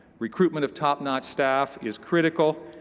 recruitment of top-notch staff is critical.